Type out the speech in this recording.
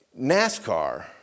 NASCAR